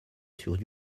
sur